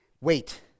Wait